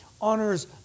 honors